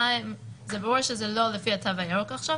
זה ברור שזה לא לפי התו הירוק עכשיו,